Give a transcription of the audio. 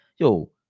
Yo